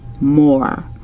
more